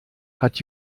hat